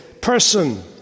person